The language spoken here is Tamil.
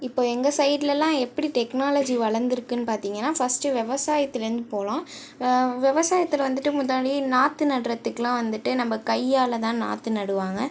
இப்போ எங்கள் சைட்லெலா எப்படி டெக்னாலஜி வளர்ந்ருக்குனு பார்த்தீங்கன்னா ஃபஸ்ட்டு விவசாயத்லேர்ந்து போகலாம் விவசாயத்துல வந்துட்டு முதலில் நாற்றுநற்றத்துக்லாம் வந்துட்டு நம்ம கையால் தான் நாற்று நடுவாங்க